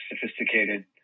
sophisticated